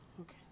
okay